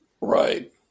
Right